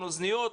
אוזניות,